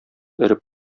өреп